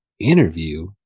interview